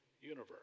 universe